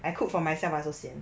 I cook for myself I also sian